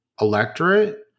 electorate